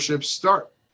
start